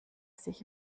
sich